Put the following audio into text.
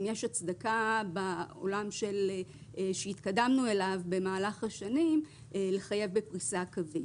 אם יש הצדקה בעולם שהתקדמנו אליו במהלך השנים לחייב בפריסה קווית.